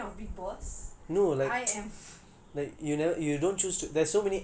why it's weird it just shows that you are a fan of big boss I am